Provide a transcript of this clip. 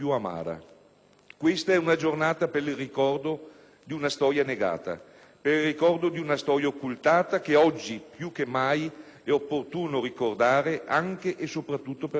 Questa è una giornata per il ricordo di una storia negata, per il ricordo di una storia occultata che oggi più che mai è opportuno ricordare, anche e soprattutto per questo.